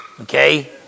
okay